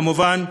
כמובן,